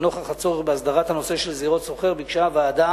לנוכח הצורך בהסדרת הנושא של זירות סוחר ביקשה הוועדה